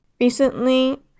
Recently